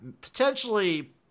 Potentially